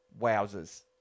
wowzers